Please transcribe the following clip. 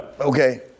Okay